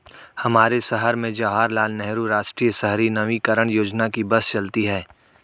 हमारे शहर में जवाहर लाल नेहरू राष्ट्रीय शहरी नवीकरण योजना की बस चलती है